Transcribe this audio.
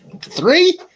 three